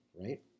Right